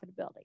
profitability